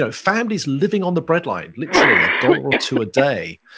ah families living on the bread line, literally a dollar or two a day,